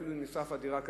אפילו אם נשרפה הדירה כליל.